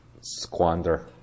squander